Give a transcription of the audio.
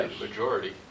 Majority